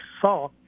Saw